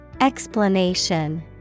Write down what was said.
Explanation